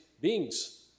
beings